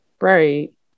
Right